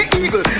evil